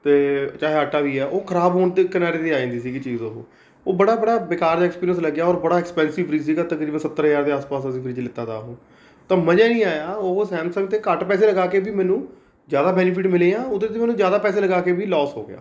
ਅਤੇ ਚਾਹੇ ਆਟਾ ਵੀ ਹੈ ਉਹ ਖ਼ਰਾਬ ਹੋਣ ਦੇ ਕਿਨਾਰੇ 'ਤੇ ਆ ਜਾਂਦੀ ਸੀਗੀ ਚੀਜ਼ ਉਹ ਉਹ ਬੜਾ ਬੜਾ ਬੇਕਾਰ ਜਿਹਾ ਐਕਸਪੀਰੀਐਂਸ ਲੱਗਿਆ ਔਰ ਬੜਾ ਐਕਸਪੈਨਸਿਵ ਵੀ ਸੀਗਾ ਤਕਰੀਬਨ ਸੱਤਰ ਹਜ਼ਾਰ ਦੇ ਆਸ ਪਾਸ ਅਸੀਂ ਫ਼ਰਿੱਜ ਲਿਤਾ ਤਾ ਉਹ ਤਾਂ ਮਜ਼ਾ ਨਹੀਂ ਆਇਆ ਉਹ ਸੈਮਸੱਗ 'ਤੇ ਘੱਟ ਪੈਸੇ ਲਗਾ ਕੇ ਵੀ ਮੈਨੂੰ ਜ਼ਿਆਦਾ ਬੈਨੀਫਿੱਟ ਮਿਲੇ ਆ ਉਹਦੇ 'ਤੇ ਮੈਨੂੰ ਜ਼ਿਆਦਾ ਪੈਸੇ ਲਗਾ ਕੇ ਵੀ ਲੋਸ ਹੋ ਗਿਆ